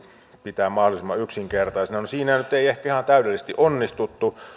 pitää mahdollisimman yksinkertaisena siinä nyt ei ehkä ihan täydellisesti onnistuttu